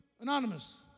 anonymous